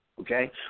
Okay